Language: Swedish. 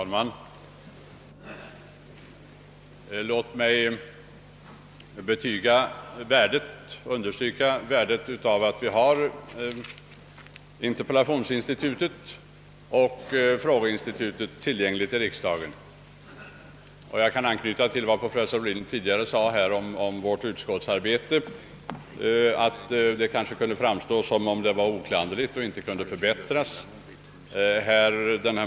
Herr talman! Låt mig understryka värdet av att vi har interpellationsoch frågeinstituten tillgängliga i riksdagen. Jag kan anknyta till vad professor Ohlin tidigare sade om vårt utskottsarbete, nämligen att det kanske kunde framstå som så oklanderligt att det inte kunde förbättras.